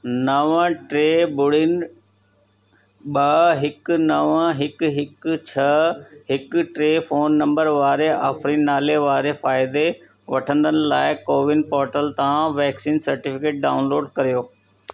नव टे ॿुड़ीनि ॿ हिकु नव हिकु हिकु छह हिकु टे फोन नंबर वारे आफरीन नाले वारे फ़ाइदे वठंदड़ लाइ कोविन पोर्टल ता वैक्सीन सेटिफिकेट डाउनलोड करियो